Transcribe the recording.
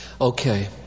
Okay